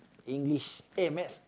English eh maths